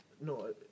no